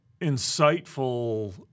insightful